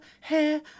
hair